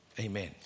Amen